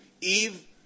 Eve